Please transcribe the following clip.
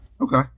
Okay